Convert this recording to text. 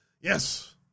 yes